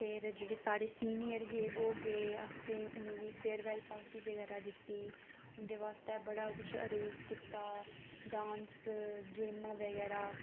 फिर जेह्ड़े साढ़े सीनियर हे ओह् गे असें उ'नें गी फेयरवैल्ल पार्टी बगैरा दित्ती उं'दे वास्तै बड़ा किश अरेंज कीता डांस गेमां बगैरा